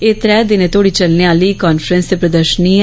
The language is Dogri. एह् त्रै दिनें तोड़ी चलने आह्ली कांफ्रैंस ते प्रदर्शनी ऐ